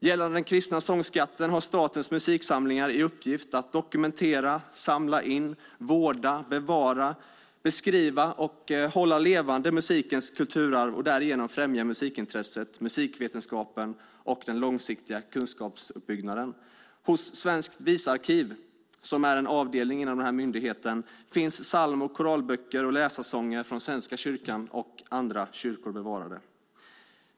Gällande den kristna sångskatten har Statens musiksamlingar i uppgift att dokumentera, samla in, vårda, bevara, beskriva och hålla levande musikens kulturarv och därigenom främja musikintresset, musikvetenskapen och den långsiktiga kunskapsuppbyggnaden. Hos Svenskt visarkiv, som är en avdelning inom den här myndigheten, finns psalm och koralböcker och läsarsånger från Svenska kyrkan och andra kyrkor bevarade.